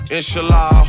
Inshallah